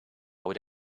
would